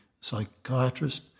psychiatrist